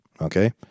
okay